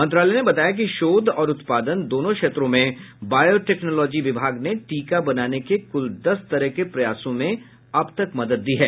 मंत्रालय ने बताया कि शोध और उत्पादन दोनों क्षेत्रों में बायोटेक्नोलॉजी विभाग ने टीका बनाने के कुल दस तरह के प्रयासों में अब तक मदद दी है